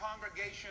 congregation